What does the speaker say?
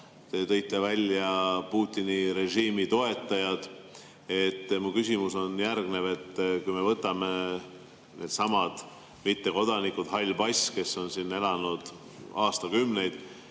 Te tõite välja Putini režiimi toetajad. Mu küsimus on järgnev. Kui me võtame needsamad mittekodanikud, [kellel on] hall pass, kes on siin elanud aastakümneid